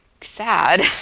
sad